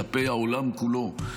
כלפי העולם כולו,